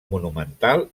monumental